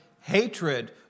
hatred